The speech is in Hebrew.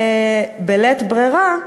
בלית ברירה,